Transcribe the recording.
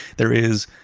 there is,